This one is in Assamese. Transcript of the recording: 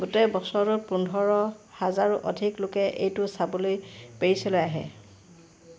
গোটেই বছৰটোত পোন্ধৰ হাজাৰৰো অধিক লোকে এইটো চাবলৈ পেৰিছলৈ আহে